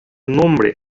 nombre